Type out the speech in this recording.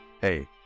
hey